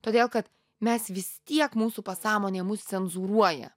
todėl kad mes visi tiek mūsų pasąmonė mus cenzūruoja